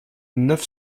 neuf